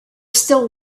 still